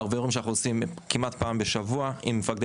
ערבי הורים שאנחנו עושים כמעט פעם בשבוע עם מפקדי